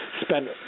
spent